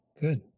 good